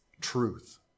truth